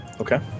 okay